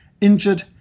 injured